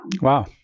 Wow